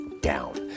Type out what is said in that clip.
down